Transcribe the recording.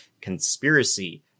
conspiracy